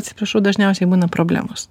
atsiprašau dažniausiai būna problemos